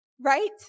right